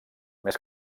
més